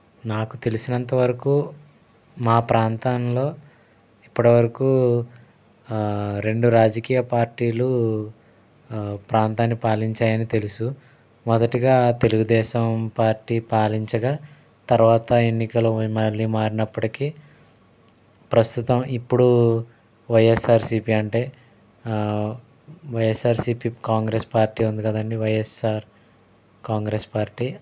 నాకు తెలిసినంతవరకు మా ప్రాంతంలో ఇప్పటివరకు రెండు రాజకీయ పార్టీలు ప్రాంతాన్ని పాలించాయని తెలుసు మొదటగా తెలుగుదేశం పార్టీ పాలించగా తర్వాత ఎన్నికలు మళ్ళీ మారినప్పటికీ ప్రస్తుతం ఇప్పుడు వైఎస్ఆర్సిపి అంటే వైఎస్ఆర్సిపి కాంగ్రెస్ పార్టీ ఉంది కదండీ వైఎస్ఆర్ కాంగ్రెస్ పార్టీ